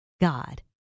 God